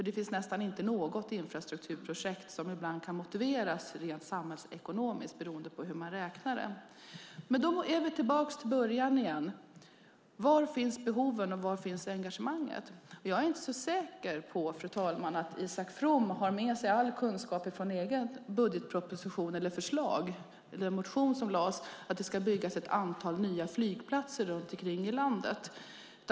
Det finns nästan inte något infrastrukturprojekt som ibland inte kan motiveras rent samhällsekonomiskt beroende på hur man räknar. Men då är vi tillbaka till början: Var finns behoven och var finns engagemanget? Jag är inte så säker på att Isak From har med sig all kunskap från den egna budgetmotionen om att det ska byggas ett antal nya flygplatser runt om i landet.